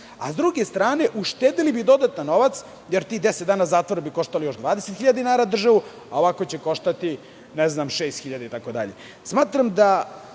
Sa druge strane, uštedeli bi dodatan novac, jer tih 10 dana zatvora bi koštali još 20.000 dinara državu, a ovako će koštati 6.000 itd. Smatram